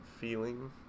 feeling